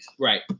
Right